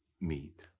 meet